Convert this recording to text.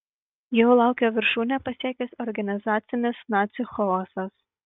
jo laukė viršūnę pasiekęs organizacinis nacių chaosas